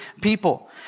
people